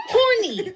horny